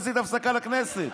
עשית הפסקה לכנסת.